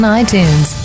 iTunes